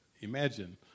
imagine